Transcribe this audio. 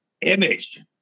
image